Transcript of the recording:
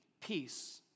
peace